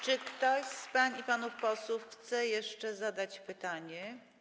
Czy ktoś z pań i panów posłów chce jeszcze zadać pytanie?